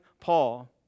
Paul